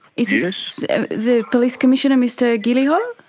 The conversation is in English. is is this the police commissioner mr qiliho?